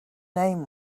name